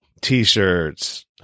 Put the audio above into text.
T-shirts